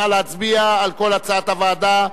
נא להצביע על כל הצעת הוועדה.